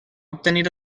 obtenir